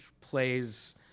plays